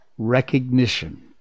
Recognition